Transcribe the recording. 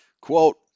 Quote